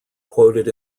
quoted